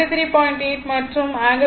8 மற்றும் ∠24